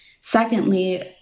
secondly